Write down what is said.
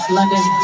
London